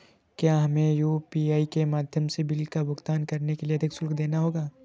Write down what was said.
क्या हमें यू.पी.आई के माध्यम से बिल का भुगतान करने के लिए अधिक शुल्क देना होगा?